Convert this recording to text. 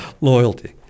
loyalty